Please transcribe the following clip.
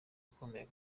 bakomeye